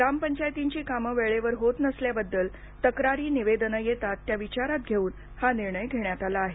ग्रामपंचायतींची कामं वेळेवर होत नसल्याबाबत तक्रारी निवेदनं येतात त्या विचारात घेऊन हा निर्णय घेण्यात आला आहे